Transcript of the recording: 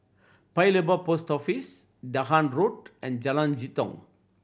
Paya Lebar Post Office Dahan Road and Jalan Jitong